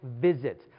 visit